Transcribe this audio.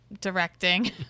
directing